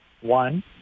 One